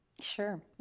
Sure